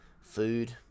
Food